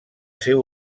ser